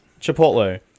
Chipotle